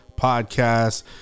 podcast